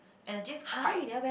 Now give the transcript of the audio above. and that jeans quite